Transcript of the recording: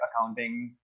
accounting